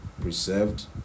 preserved